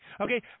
okay